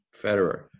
Federer